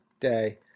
day